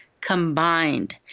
combined